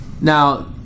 Now